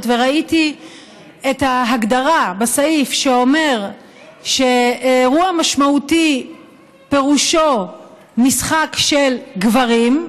וראיתי את ההגדרה בסעיף שאומר שאירוע משמעותי פירושו משחק של גברים,